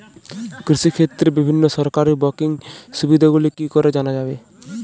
কৃষিক্ষেত্রে বিভিন্ন সরকারি ব্যকিং সুবিধাগুলি কি করে জানা যাবে?